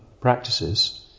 practices